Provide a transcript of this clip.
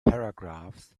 paragraphs